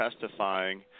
Testifying